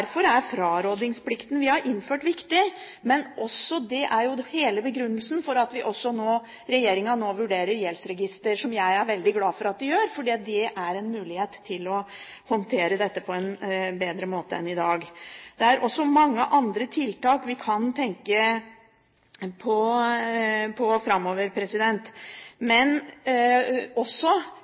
er frarådingsplikten vi har innført, viktig. Det er jo hele begrunnelsen for at regjeringen nå vurderer et gjeldsregister, som jeg er veldig glad for at man gjør, for det er en mulighet til å håndtere dette på en bedre måte enn vi gjør i dag. Det er også mange andre tiltak vi kan tenke på framover,